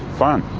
fun.